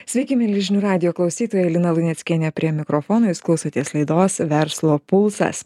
sveiki mieli žinių radijo klausytojai lina luneckienė prie mikrofono jūs klausotės laidos verslo pulsas